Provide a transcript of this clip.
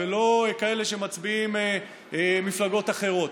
ולא כאלה שמצביעים למפלגות אחרות.